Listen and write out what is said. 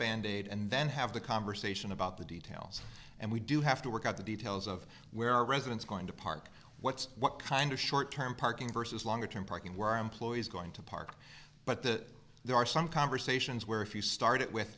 band aid and then have the conversation about the details and we do have to work out the details of where residents going to park what's what kind of short term parking versus longer term parking where employees going to park but that there are some conversations where if you start it with